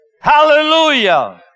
Hallelujah